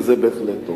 וזה בהחלט טוב.